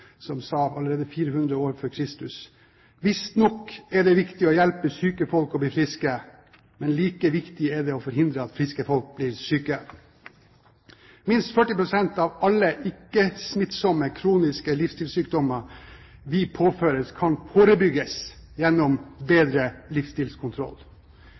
f.Kr. sa: Visstnok er det riktig å hjelpe syke folk å bli friske, men like viktig er det å forhindre at friske folk blir syke. Minst 40 pst. av alle ikke-smittsomme, kroniske livsstilssykdommer vi påføres, kan forebygges gjennom